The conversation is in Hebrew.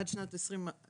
עד שנת 2040,